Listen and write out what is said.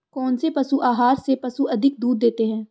कौनसे पशु आहार से पशु अधिक दूध देते हैं?